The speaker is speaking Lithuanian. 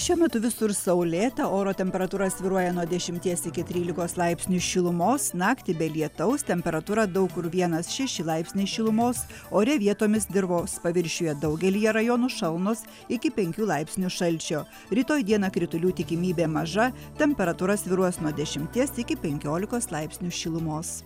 šiuo metu visur saulėta oro temperatūra svyruoja nuo dešimties iki trylikos laipsnių šilumos naktį be lietaus temperatūra daug kur vienas šeši laipsniai šilumos ore vietomis dirvos paviršiuje daugelyje rajonų šalnos iki penkių laipsnių šalčio rytoj dieną kritulių tikimybė maža temperatūra svyruos nuo dešimties iki penkiolikos laipsnių šilumos